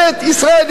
ישראל,